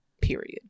period